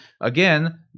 again